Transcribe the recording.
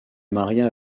maria